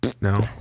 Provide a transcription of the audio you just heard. No